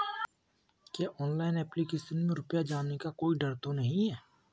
क्या online application में रुपया जाने का कोई डर तो नही है?